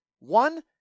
One